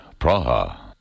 Praha. (